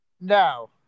No